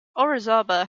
orizaba